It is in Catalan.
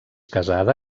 casada